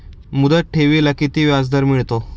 मुदत ठेवीला किती व्याजदर मिळतो?